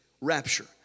rapture